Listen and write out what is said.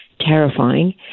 terrifying